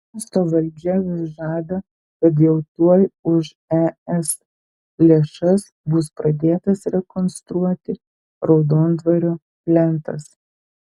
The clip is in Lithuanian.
miesto valdžia vis žada kad jau tuoj už es lėšas bus pradėtas rekonstruoti raudondvario plentas